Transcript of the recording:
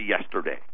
yesterday